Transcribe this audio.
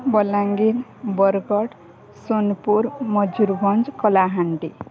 Balangir Bargarh Sonepur Mayurbhanj Kalahandi